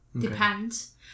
Depends